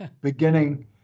beginning